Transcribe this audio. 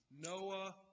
Noah